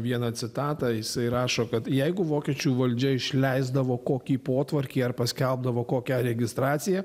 vieną citatą jisai rašo kad jeigu vokiečių valdžia išleisdavo kokį potvarkį ar paskelbdavo kokią registraciją